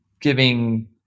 giving